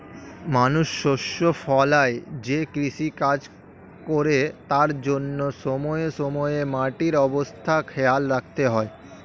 মানুষ শস্য ফলায় যে কৃষিকাজ করে তার জন্যে সময়ে সময়ে মাটির অবস্থা খেয়াল রাখতে হয়